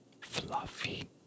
fluffy